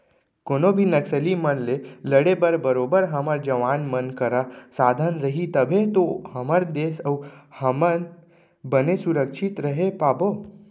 कोनो भी नक्सली मन ले लड़े बर बरोबर हमर जवान मन करा साधन रही तभे तो हमर देस अउ हमन बने सुरक्छित रहें पाबो